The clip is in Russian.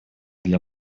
для